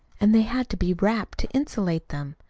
and they had to be wrapped to insulate them.